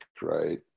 right